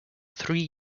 three